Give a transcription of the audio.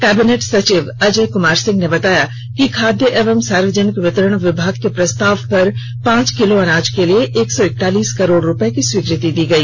cabinet सचिव अजय कृमार सिंह ने बताया कि खाद्य एवं सार्वजनिक वितरण विभाग के प्रस्ताव पर पांच किलो अनाज के लिए एक सौ इकतालीस करोड़ रुपये की स्वीकृति दी गई